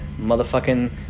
motherfucking